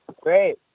great